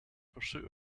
pursuit